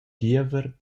diever